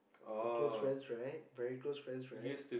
close friends right very close friends right